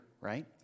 right